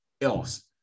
else